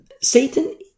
Satan